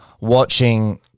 watching